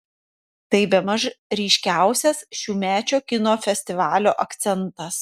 tai bemaž ryškiausias šiųmečio kino festivalio akcentas